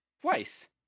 twice